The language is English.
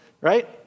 Right